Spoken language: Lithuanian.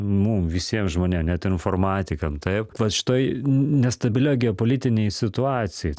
mum visiem žmonėm net ir informatikam taip šitoj nestabilioj geopolitinėj situacijoj